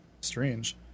strange